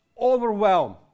overwhelmed